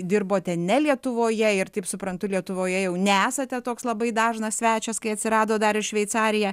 dirbote ne lietuvoje ir taip suprantu lietuvoje jau nesate toks labai dažnas svečias kai atsirado dar ir šveicarija